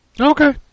okay